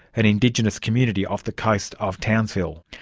an indigenous community off the coast of townsville.